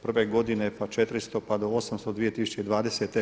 Prve godine pa 400, pa do 800 2020.